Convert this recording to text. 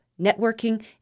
networking